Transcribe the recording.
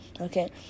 Okay